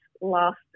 last